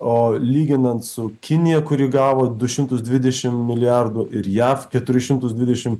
o lyginant su kinija kuri gavo du šimtus dvidešim milijardų ir jav keturis šimtus dvidešim